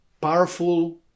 powerful